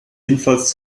jedenfalls